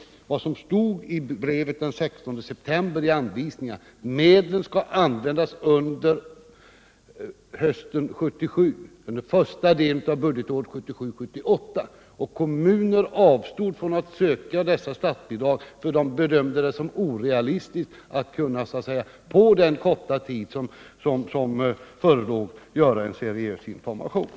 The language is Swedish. I de anvisningar som meddelades i brevet den 16 september stod att medlen skall användas under hösten 1977, första hälften av budgetåret 1977/78. Och det var kommuner som avstod från att söka dessa statsbidrag därför att de bedömde det som orealistiskt att få till stånd en seriös information på den korta tid som förelåg.